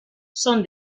son